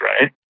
right